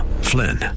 Flynn